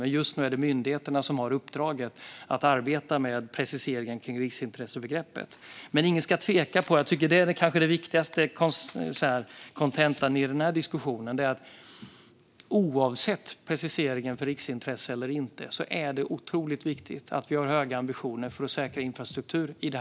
Men just nu är det myndigheterna som har uppdraget att arbeta med preciseringen kring riksintressebegreppet. Men den kanske viktigaste kontentan i den här diskussionen är: Oavsett preciseringen när det gäller riksintresse är det otroligt viktigt att vi har höga ambitioner för att säkra infrastruktur i landet.